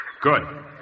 Good